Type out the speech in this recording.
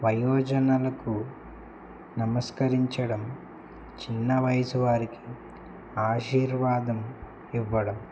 వయోజనులకు నమస్కరించడం చిన్న వయసు వారికి ఆశీర్వాదం ఇవ్వడం